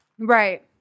Right